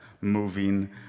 moving